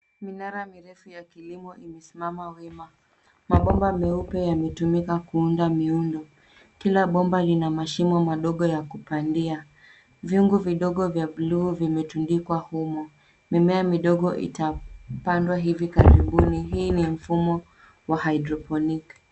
Minara mirefu ya kilimo imesimama wima. Mabomba meupe yametumika kuunda miundo, kila bomba lina mashimo madogo ya kupandia. Vyungu vidogo vya bluu vimetundikwa humu, na mimea midogo itapandwa hivi karibuni. Hii ni mfumo wa haidroponiki.